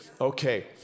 Okay